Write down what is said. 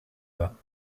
war